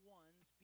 ones